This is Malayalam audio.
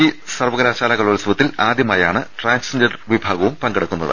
ജി സർവ്വകലാശാല കലോത്സവത്തിൽ ആദ്യമായാണ് ട്രാൻസ്ജെൻഡർ വിഭാഗം പങ്കെടുക്കുന്നത്